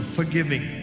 Forgiving